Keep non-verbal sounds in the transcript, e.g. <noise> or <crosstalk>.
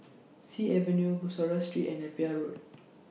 <noise> Sea Avenue Bussorah Street and Napier Road